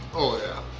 oh yeah!